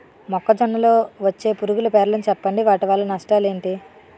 మొక్కజొన్న లో వచ్చే పురుగుల పేర్లను చెప్పండి? వాటి వల్ల నష్టాలు ఎంటి?